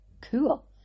cool